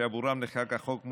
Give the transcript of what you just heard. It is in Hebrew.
שבעבורה נחקק החוק,